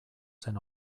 zen